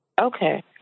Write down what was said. Okay